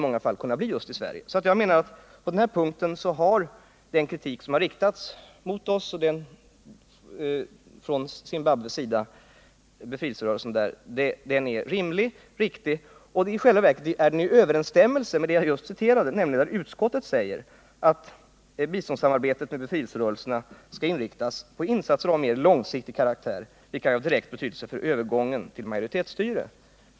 På denna punkt är alltså den kritik som riktats mot oss från ZAPU:s sida rimlig och riktig. I själva verket står den i överensstämmelse med vad utskottet säger, nämligen att biståndssamarbetet med befrielserörelserna skall inriktas på insatser av mera långsiktig karaktär vilka är av direkt betydelse för övergången till majoritetsstyre.